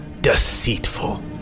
deceitful